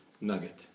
nugget